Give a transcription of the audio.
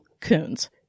Coons